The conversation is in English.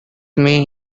may